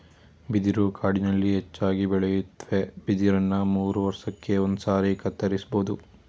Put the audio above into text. ಬಿದಿರು ಕಾಡಿನಲ್ಲಿ ಹೆಚ್ಚಾಗಿ ಬೆಳೆಯುತ್ವೆ ಬಿದಿರನ್ನ ಮೂರುವರ್ಷಕ್ಕೆ ಒಂದ್ಸಾರಿ ಕತ್ತರಿಸ್ಬೋದು